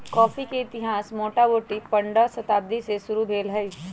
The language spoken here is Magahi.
कॉफी के इतिहास मोटामोटी पंडह शताब्दी से शुरू भेल हइ